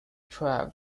track